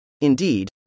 Indeed